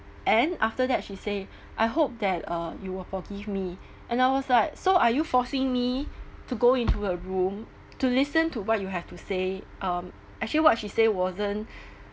and after that she say I hope that uh you will forgive me and I was like so are you forcing me to go into a room to listen to what you have to say um actually what she say wasn't